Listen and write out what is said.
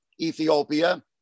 Ethiopia